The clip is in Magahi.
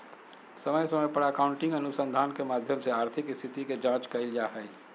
समय समय पर अकाउन्टिंग अनुसंधान के माध्यम से आर्थिक स्थिति के जांच कईल जा हइ